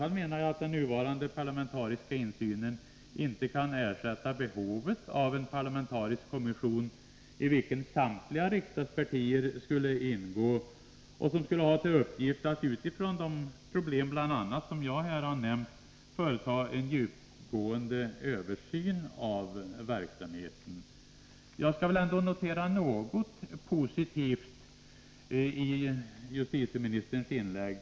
Jag menar att den nuvarande parlamentariska insynen i varje fall inte kan sägas eliminera behovet av en parlamentarisk kommission, där samtliga riksdagspartier skulle ingå och där uppgiften skulle vara att bl.a. med tanke på de problem som jag nu har nämnt företa en djupgående översyn av verksamheten. Jag kan emellertid notera någonting positivt i justitieministerns inlägg.